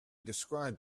described